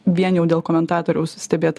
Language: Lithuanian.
vien jau dėl komentatoriaus stebėt